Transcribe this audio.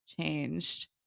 changed